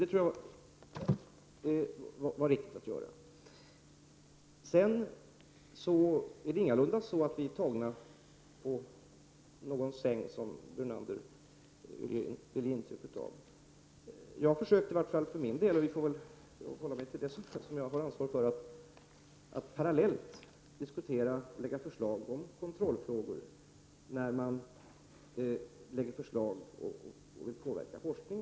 Det är ingalunda så att vi har blivit tagna på sängen, vilket Lennart Brunander ville ge intryck av. Jag har i vart fall för min del försökt att parallellt diskutera och lägga fram förslag om kontrollmöjligheter i samband med förslag om utbyggnaden av och möjligheterna till forskning.